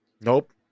Nope